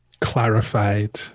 clarified